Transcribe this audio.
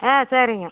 ஆ சரிங்க